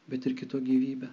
bet ir kito gyvybę